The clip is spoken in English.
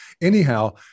anyhow